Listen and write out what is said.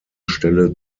stelle